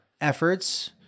efforts